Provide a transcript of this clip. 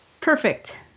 Perfect